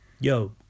Yo